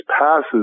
passes